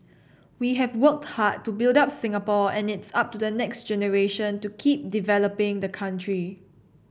we have worked hard to build up Singapore and it's up to the next generation to keep developing the country